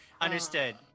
Understood